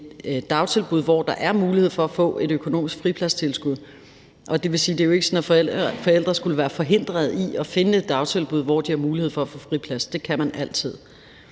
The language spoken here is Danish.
et dagtilbud, hvor der er mulighed for at få et økonomisk fripladstilskud. Det vil sige, at det jo ikke er sådan, at forældre skulle være forhindret i at finde et dagtilbud, hvor de har mulighed for at få friplads. Det kan man altid.